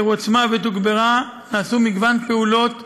שהועצמה ותוגברה, נעשו מגוון פעולות ביטחוניות: